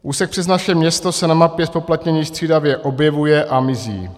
Úsek přes naše město se na mapě zpoplatnění střídavě objevuje a mizí.